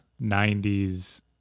90s